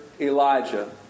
Elijah